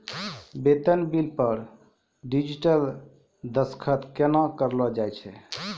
बेतन बिल पर डिजिटल दसखत केना करलो जाय छै?